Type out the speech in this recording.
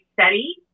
study